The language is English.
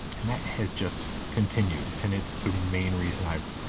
and that has just continued. and it's the main reason i've.